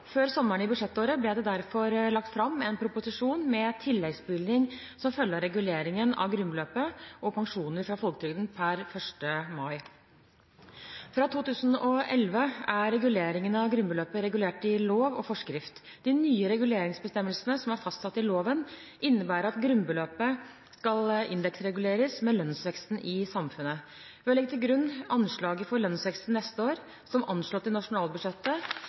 Før sommeren i budsjettåret ble det derfor lagt fram en proposisjon med tilleggsbevilgning som følge av reguleringen av grunnbeløpet og pensjoner fra folketrygden per 1. mai. Fra 2011 er reguleringen av grunnbeløpet regulert i lov og forskrift. De nye reguleringsbestemmelsene som er fastsatt i loven, innebærer at grunnbeløpet skal indeksreguleres med lønnsveksten i samfunnet. Ved å legge til grunn anslaget for lønnsveksten neste år, som anslått i nasjonalbudsjettet,